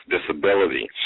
disability